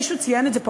מישהו ציין את זה פה,